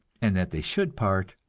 and that they should part,